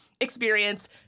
experience